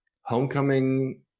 Homecoming